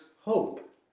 hope